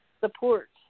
support